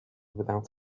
without